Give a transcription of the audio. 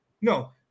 No